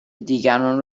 دیگران